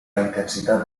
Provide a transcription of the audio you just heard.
intensitat